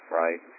right